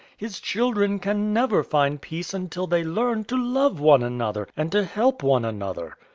his children can never find peace until they learn to love one another and to help one another.